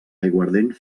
aiguardent